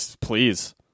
Please